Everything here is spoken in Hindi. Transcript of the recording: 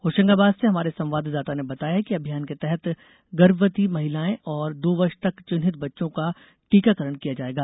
होशंगाबाद से हमारे संवाददाता ने बताया है कि अभियान के तहत गर्भवती महिलाओं और दो वर्ष तक चिन्हित बच्चों का टीकाकरण किया जायेगा